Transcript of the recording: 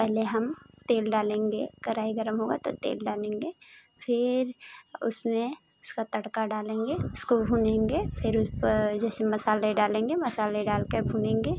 पहले हम तेल डालेंगे कढ़ाई गर्म होगा तो तेल डालेंगे फिर उसमें उसका तड़का डालेंगे उसको भुनेंगे फिर उस पर जैसे मसाले डालेंगे मसाले डाल कर भुनेंगे